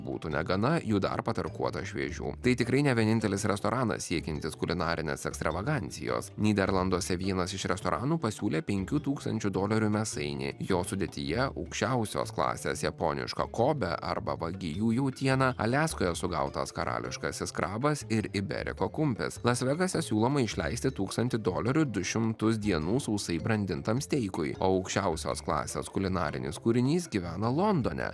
būtų negana jų dar patarkuota šviežių tai tikrai ne vienintelis restoranas siekiantis kulinarinės ekstravagancijos nyderlanduose vienas iš restoranų pasiūlė penkių tūkstančių dolerių mėsainį jo sudėtyje aukščiausios klasės japonišką kobė arba vagijų jautiena aliaskoje sugautas karališkasis krabas ir ibe riko kumpis las vegase siūloma išleisti tūkstantį dolerių du šimtus dienų sausai brandintam steikui o aukščiausios klasės kulinarinis kūrinys gyvena londone